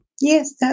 Yes